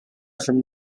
from